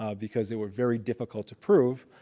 ah because they were very difficult to prove.